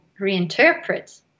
reinterpret